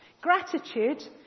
Gratitude